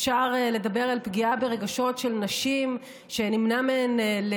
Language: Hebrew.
אפשר לדבר על פגיעה ברגשות של נשים שנמנע מהן,